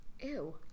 Ew